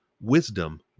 wisdom